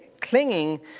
clinging